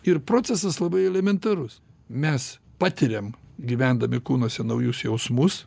ir procesas labai elementarus mes patiriam gyvendami kūnuose naujus jausmus